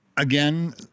Again